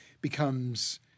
becomes